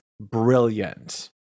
brilliant